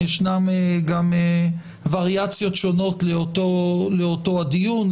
ישנן גם וריאציות שונות לאותו הדיון,